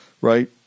right